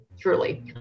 Truly